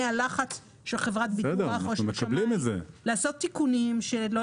הלחץ של חברת ביטוח או של שמאי לעשות תיקונים שלא